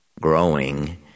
growing